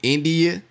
India